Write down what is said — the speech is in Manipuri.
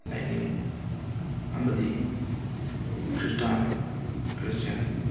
ꯂꯥꯏꯅꯤꯡ ꯑꯃꯗꯤ ꯈ꯭ꯔꯤꯁꯇꯥꯟ ꯈ꯭ꯔꯤꯁꯇꯤꯌꯦꯟ